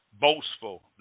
Boastful